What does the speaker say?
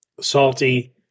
salty